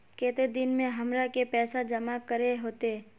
केते दिन में हमरा के पैसा जमा करे होते?